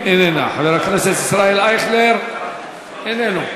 עטר, איננו,